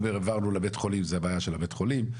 אומר העברנו לבית החולים זו הבעיה של בית החולים,